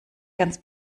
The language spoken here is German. ganz